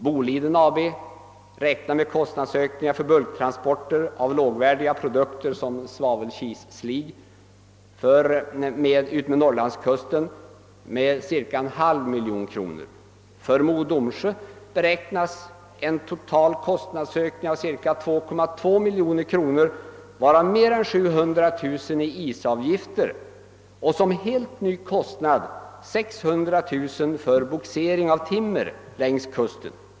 Boliden AB räknar med kostnadsökningar för bulktransporterna av lågvärdiga produkter som svavelkisslig utmed norrlandskusten på cirka en halv miljon kronor. För Mo och Domsjö AB beräknas en total kostnadsökning av cirka 2,2 miljoner kronor, varav mer än 700 000 kronor i isavgifter, och som en helt ny kostnad 600 000 kronor för bogsering av timmer längs kusten.